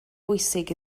bwysig